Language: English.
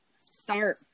Start